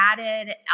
added